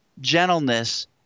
gentleness